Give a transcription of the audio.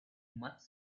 much